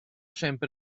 sempre